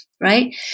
right